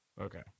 Okay